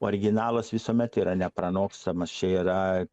originalas visuomet yra nepranokstamas čia yra